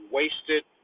wasted